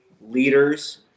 leaders